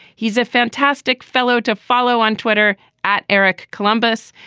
he's a fantastic fellow to follow on twitter at eric columbus'.